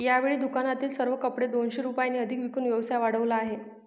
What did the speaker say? यावेळी दुकानातील सर्व कपडे दोनशे रुपयांनी अधिक विकून व्यवसाय वाढवला आहे